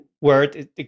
Word